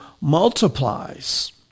multiplies